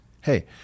Hey